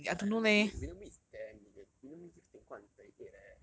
ya ya definite~ william wee is damn lenient william wee give ting guan thirty eight eh